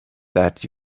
that